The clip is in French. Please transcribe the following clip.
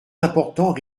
important